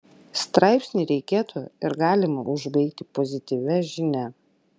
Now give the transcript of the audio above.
straipsnį reikėtų ir galima užbaigti pozityvia žinia